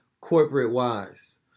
corporate-wise